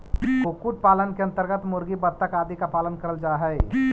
कुक्कुट पालन के अन्तर्गत मुर्गी, बतख आदि का पालन करल जा हई